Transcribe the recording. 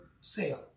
sale